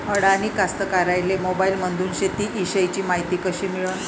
अडानी कास्तकाराइले मोबाईलमंदून शेती इषयीची मायती कशी मिळन?